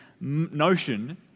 notion